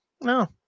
No